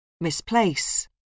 Misplace